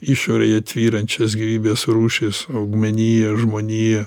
išorėje tvyrančias gyvybės rūšis augmeniją žmoniją